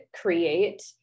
create